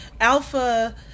alpha